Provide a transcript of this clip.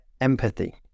empathy